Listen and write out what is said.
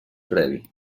previ